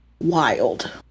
wild